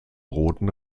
roten